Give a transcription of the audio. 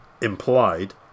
implied